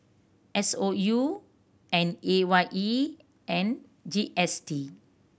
S O U and A Y E and G S T